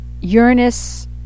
Uranus